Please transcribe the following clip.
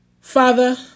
Father